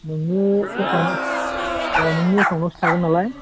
नोंनि एकाउन्टआव अ नोंनि एकाउन्टआवसो थागोन नालाय